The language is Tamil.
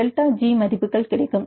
டெல்டா ஜி மதிப்புகள் கிடைக்கும்